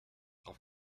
auf